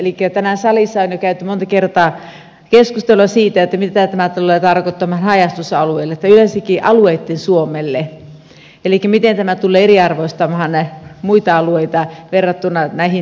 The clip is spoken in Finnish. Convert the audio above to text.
elikkä tänään salissa on jo käyty monta kertaa keskustelua siitä mitä tämä tulee tarkoittamaan haja asutusalueille tai yleensäkin alueitten suomelle elikkä miten tämä tulee eriarvoistamaan muita alueita verrattuna näihin kaupunkiseutuihin